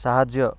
ସାହାଯ୍ୟ